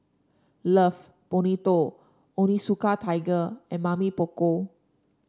Love Bonito Onitsuka Tiger and Mamy Poko